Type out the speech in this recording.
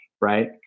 right